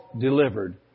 delivered